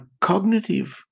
cognitive